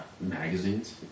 Magazines